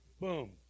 boom